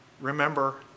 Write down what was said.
remember